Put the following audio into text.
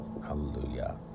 Hallelujah